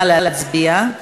נא להצביע.